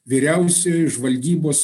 vyriausioji žvalgybos